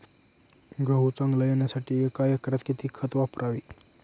गहू चांगला येण्यासाठी एका एकरात किती खत वापरावे?